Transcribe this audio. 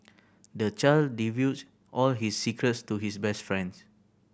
the child divulged all his secrets to his best friend